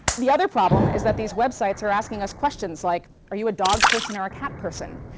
the other problem is that these websites are asking us questions like, are you a dog person or a cat person?